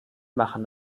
machen